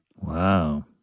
Wow